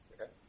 Okay